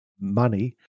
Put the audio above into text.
money